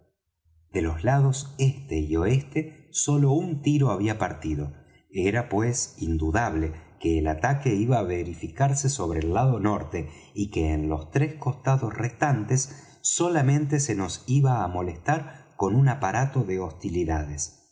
de los lados este y oeste sólo un tiro había partido era pues indudable que el ataque iba á verificarse sobre el lado norte y que en los tres costados restantes solamente se nos iba á molestar con un aparato de hostilidades